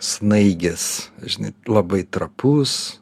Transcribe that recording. snaigės žinai labai trapus